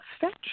fetch